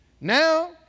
Now